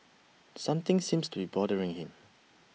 something seems to be bothering him